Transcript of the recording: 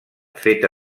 feta